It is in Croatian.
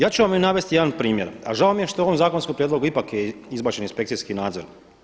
Ja ću vam navesti jedan primjer, a žao mi je što u ovom zakonskom prijedlogu ipak je izbačen inspekcijski nadzor.